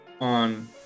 on